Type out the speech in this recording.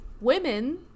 women